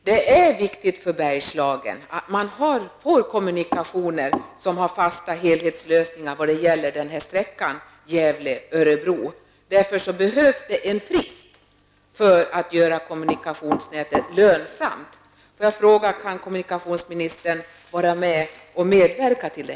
Det är viktigt för Bergslagen att man får kommunikationer med fasta helhetslösningar vad gäller sträckan Gävle--Örebro. Därför behövs en frist för att göra kommunikationsnätet lönsamt. Får jag då fråga om kommunikationsministern kan vara med och medverka till det?